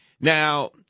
Now